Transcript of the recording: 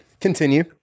Continue